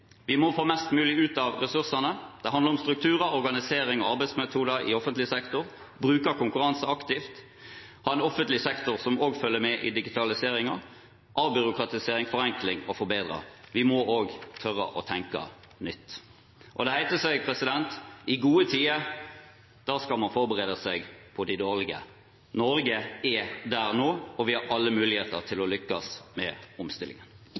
Vi må få mest mulig ut av ressursene. Det handler om strukturer, organisering og arbeidsmetoder i offentlig sektor, bruk av konkurranse aktivt, å ha en offentlig sektor som også følger med i digitaliseringen, avbyråkratisering, forenkling og forbedring. Vi må også tørre å tenke nytt. Det heter seg at i gode tider skal man forberede seg på de dårlige. Norge er der nå, og vi har alle muligheter for å lykkes med omstillingen.